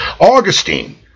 Augustine